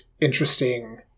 interesting